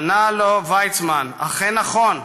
ענה לו ויצמן: אכן נכון,